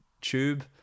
tube